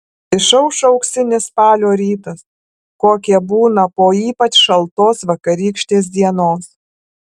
išaušo auksinis spalio rytas kokie būna po ypač šaltos vakarykštės dienos